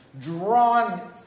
drawn